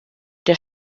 der